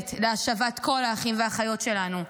כוללת להשבת כל האחים והאחיות שלנו.